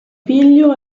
figlio